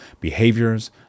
behaviors